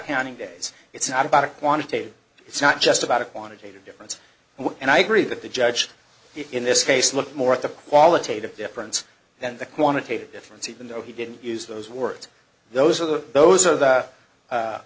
counting days it's not about a quantitative it's not just about a quantitative difference and i agree that the judge in this case looked more at the qualitative difference than the quantitative difference even though he didn't use those words those are the those are th